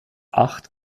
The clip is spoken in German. acht